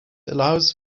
allows